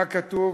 מה כתוב?